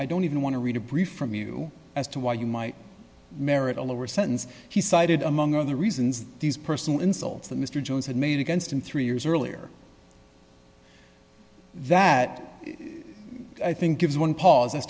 i don't even want to read a brief from you as to why you might merit a lower sentence he cited among other reasons these personal insults that mr jones had made against him three years earlier that i think gives one pause as